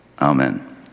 Amen